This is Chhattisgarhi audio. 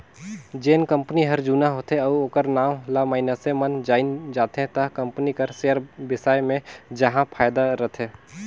जेन कंपनी हर जुना होथे अउ ओखर नांव ल मइनसे मन जाएन जाथे त कंपनी कर सेयर बेसाए मे जाहा फायदा रथे